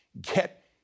get